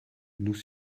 nous